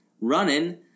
running –